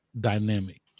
dynamic